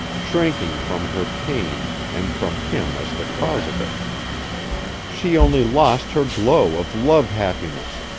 shrinking from her pain and from him as the cause of it she only lost her glow of love-happiness,